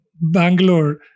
Bangalore